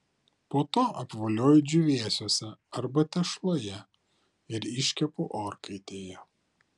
po to apvolioju džiūvėsiuose arba tešloje ir iškepu orkaitėje